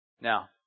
Now